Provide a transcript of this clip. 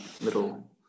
little